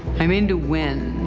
i mean to win.